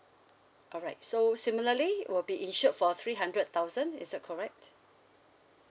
alright so similarly will be insured for three hundred thousand is that correct